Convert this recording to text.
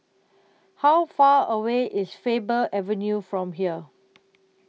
How Far away IS Faber Avenue from here